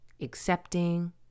accepting